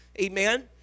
Amen